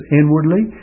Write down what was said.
inwardly